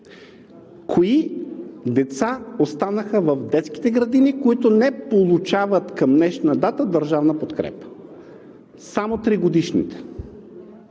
Кои деца останаха в детските градини, които не получават към днешна дата държавна подкрепа? Само 3-годишните.